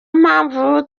mpamvu